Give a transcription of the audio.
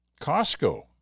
Costco